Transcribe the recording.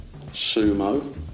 Sumo